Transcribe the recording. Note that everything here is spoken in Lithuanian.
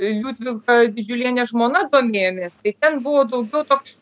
liudvika didžiuliene žmona domėjomės tai ten buvo daugiau toks